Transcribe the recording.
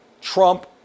Trump